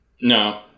No